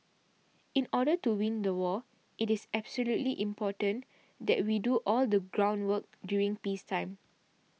in order to win the war it is absolutely important that we do all the groundwork during peacetime